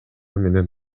менен